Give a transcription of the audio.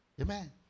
amen